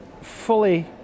fully